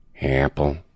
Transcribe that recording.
apple